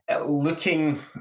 looking